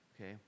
Okay